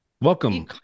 welcome